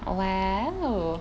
!wow!